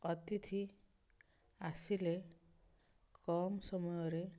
ଅତିଥି ଆସିଲେ କମ୍ ସମୟରେ